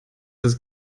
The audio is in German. das